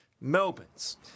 Melbourne's